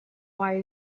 why